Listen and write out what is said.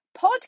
podcast